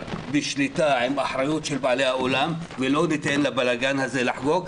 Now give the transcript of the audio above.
בשליטה עם אחריות של בעלי האולם ולא לתת לבלגן הזה לחגוג?